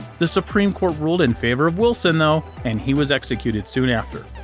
the supreme court ruled in favor of wilson, though, and he was executed soon after.